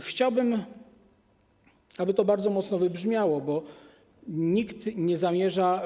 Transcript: Chciałbym, aby to bardzo mocno wybrzmiało, bo nikt nie zamierza.